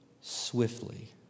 swiftly